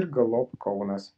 ir galop kaunas